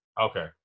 Okay